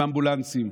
עם אמבולנסים.